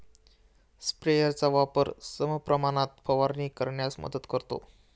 स्प्रेयरचा वापर समप्रमाणात फवारणी करण्यास मदत करतो